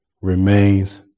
remains